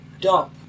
dump